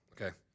okay